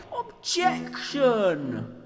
Objection